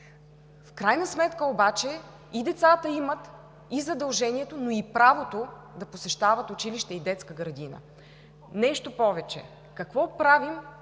В крайна сметка обаче децата имат и задължението, но и правото да посещават училище и детска градина. Нещо повече, какво правим,